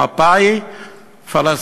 המפה היא פלסטין.